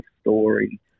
story